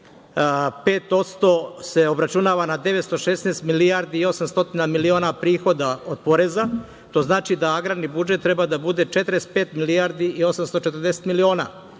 5% se obračunava na 916 milijardi i 800 miliona prihoda od poreza, to znači da agrarni budžet treba da bude 45 milijardi i 840 miliona. Znači,